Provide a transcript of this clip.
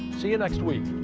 see you next week.